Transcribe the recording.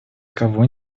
кого